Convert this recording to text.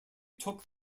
took